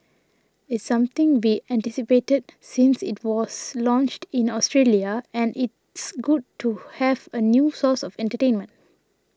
it's something we anticipated since it was launched in Australia and it's good to have a new source of entertainment